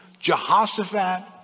Jehoshaphat